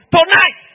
Tonight